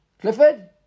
Clifford